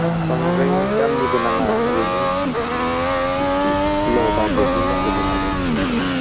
बांद्राय दामनिबो नाङा आरैनो इसे ल' बाजेटनि नांगौमोन आरो नांनाया